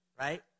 right